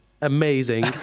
amazing